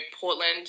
Portland